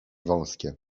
wąskie